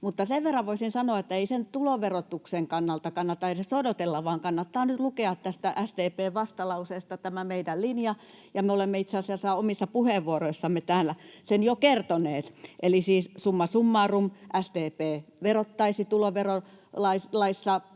sen verran voisin sanoa, että ei sen tuloverotuksen kannalta kannata edes odotella, vaan kannattaa nyt lukea tästä SDP:n vastalauseesta tämä meidän linja, ja me olemme itse asiassa omissa puheenvuoroissamme täällä sen jo kertoneet. Eli siis summa summarum: SDP verottaisi tuloverolaissa